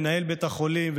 מנהל בית החולים,